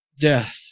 Death